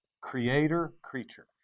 Creator-Creature